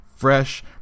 fresh